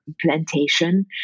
plantation